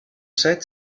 set